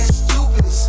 stupid